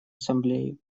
ассамблеи